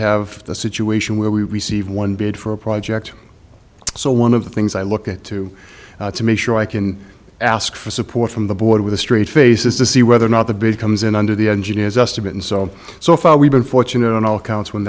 have a situation where we receive one bid for a project so one of the things i look at to to make sure i can ask for support from the board with a straight face is to see whether or not the bid comes in under the engineers estimate and so so far we've been fortunate on all counts when